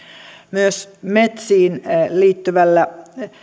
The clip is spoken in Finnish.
myös metsiin liittyvällä